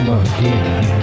again